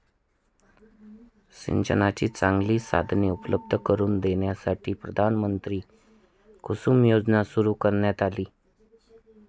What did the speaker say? सिंचनाची चांगली साधने उपलब्ध करून देण्यासाठी प्रधानमंत्री कुसुम योजना सुरू करण्यात आली